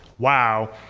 wow,